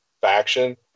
faction